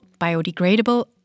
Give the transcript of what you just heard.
biodegradable